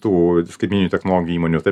tų skaitmeninių technologijų įmonių tai